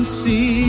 see